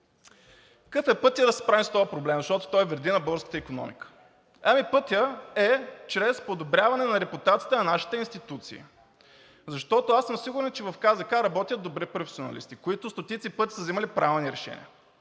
Какъв е пътят да се справим с този проблем, защото той вреди на българската икономика? Ами, пътят е чрез подобряване на репутацията на нашите институции. Защото аз съм сигурен, че в КЗК работят добри професионалисти, които стотици пъти са взимали правилни решения,